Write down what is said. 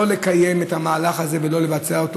לא לקיים את המהלך הזה ולא לבצע אותו